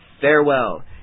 farewell